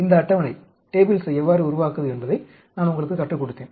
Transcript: இந்த அட்டவணையை எவ்வாறு உருவாக்குவது என்பதை நான் உங்களுக்குக் கற்றுக் கொடுத்தேன்